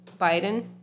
Biden